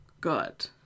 good